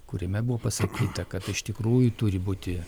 kuriame buvo pasakyta kad iš tikrųjų turi būti